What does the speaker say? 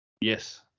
Yes